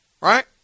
Right